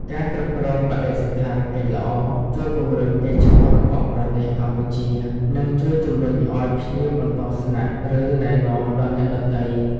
ការគ្រប់គ្រងបដិសណ្ឋារកិច្ចល្អជួយពង្រឹងកេរិ៍្តឈ្មោះរបស់ប្រទេសកម្ពុជា និងជួយជម្រុញឱ្យភ្ញៀវបន្តស្នាក់ឬណែនាំដល់អ្នកដទៃ។